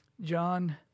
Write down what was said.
John